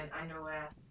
underwear